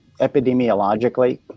epidemiologically